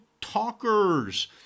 talkers